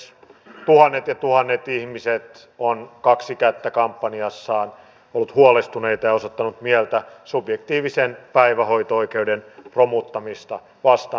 tuhannet ja tuhannet ihmiset ovat vain kaksi kättä kampanjassaan olleet huolestuneita ja osoittaneet mieltä subjektiivisen päivähoito oikeuden romuttamista vastaan